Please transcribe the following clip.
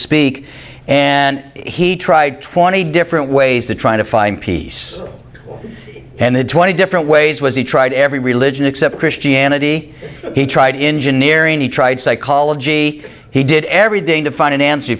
speak and he tried twenty different ways to try to find peace and then twenty different ways was he tried every religion except christianity he tried engineering he tried psychology he did everything to find an answer you